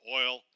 oil